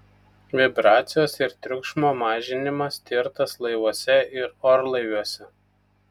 vibracijos ir triukšmo mažinimas tirtas laivuose ir orlaiviuose